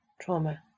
trauma